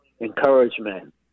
encouragement